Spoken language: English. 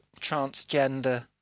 transgender